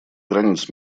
границ